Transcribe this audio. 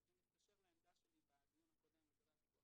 שזה מתקשר לעמדה שלי בדיון הקודם לגבי הפיקוח.